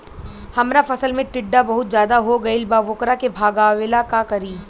हमरा फसल में टिड्डा बहुत ज्यादा हो गइल बा वोकरा के भागावेला का करी?